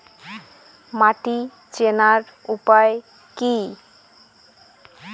মাটি চেনার উপায় কি?